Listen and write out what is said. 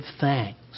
thanks